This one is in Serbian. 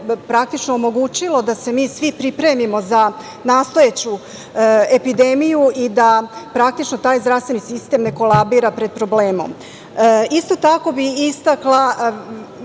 praktično omogućilo da se mi svi pripremimo za nastojeću epidemiju i da praktično taj zdravstveni sistem ekolabira pred problemom. Isto tako bi istakla,